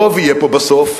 הרוב יהיה פה בסוף,